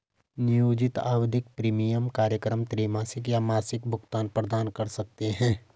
नियोजित आवधिक प्रीमियम कार्यक्रम त्रैमासिक या मासिक भुगतान प्रदान कर सकते हैं